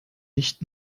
nicht